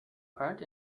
part